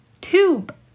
Tube